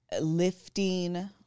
lifting